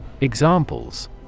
Examples